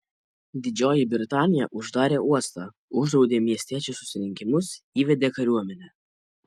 didžioji britanija uždarė uostą uždraudė miestiečių susirinkimus įvedė kariuomenę